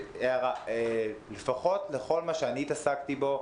הערה: לפחות בכל מה שאני התעסקתי בו,